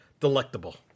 Delectable